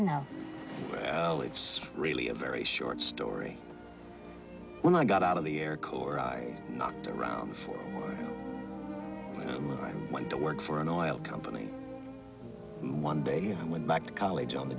to know how it's really a very short story when i got out of the air corps i knocked around before i went to work for an oil company one day and went back to college on the